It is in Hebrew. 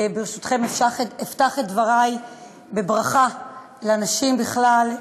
ברשותכם אפתח את דברי בברכה לנשים בכלל.